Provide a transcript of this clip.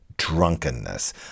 Drunkenness